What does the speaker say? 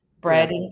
bread